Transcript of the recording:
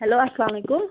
hello اسلامُ علیکُم